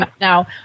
Now